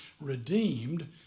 redeemed